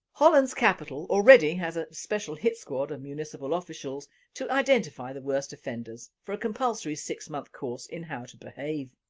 holland's capital already has a special hit squad of municipal officials to identify the worst offenders for a compulsory six month course in how to behave.